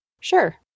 Sure